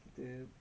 mm